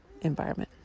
environment